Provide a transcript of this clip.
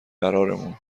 قرارمون